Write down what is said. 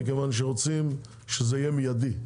מכיוון שרוצים שזה יהיה מיידי.